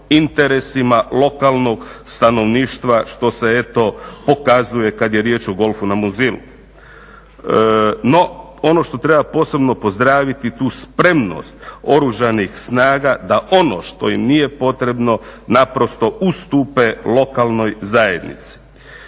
interesima lokalnog stanovništva što se eto pokazuje kad je riječ o golfu na Muzilu. No, ono što treba posebno pozdraviti, tu spremnost Oružanih snaga da ono što im nije potrebno naprosto ustupe lokalnoj zajednici.